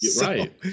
Right